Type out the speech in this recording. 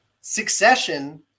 Succession